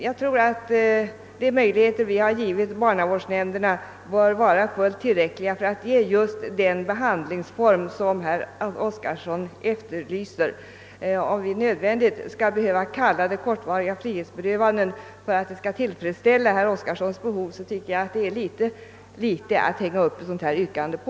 Jag tror att de möjligheter vi har givit barnavårdsnämnderna bör vara fullt tillräckliga för just den be handlingsform som herr Oskarson efterlyser. Om vi nödvändigtvis skall kalla det kortvariga frihetsberövanden för att det skall tillfredsställa herr Oskarsons behov, tycker jag att det är för litet att hänga upp sådana här yrkanden